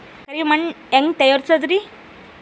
ಕರಿ ಮಣ್ ಹೆಂಗ್ ತಯಾರಸೋದರಿ?